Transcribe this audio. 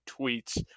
tweets